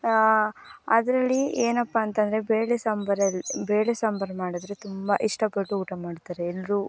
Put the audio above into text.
ಅದರಲ್ಲಿ ಏನಪ್ಪಾ ಅಂತಂದರೆ ಬೇಳೆ ಸಾಂಬಾರಲ್ಲಿ ಬೇಳೆ ಸಾಂಬಾರು ಮಾಡಿದ್ರೆ ತುಂಬ ಇಷ್ಟಪಟ್ಟು ಊಟ ಮಾಡ್ತಾರೆ ಎಲ್ಲರೂ